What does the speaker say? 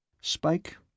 Spike